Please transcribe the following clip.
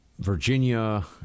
Virginia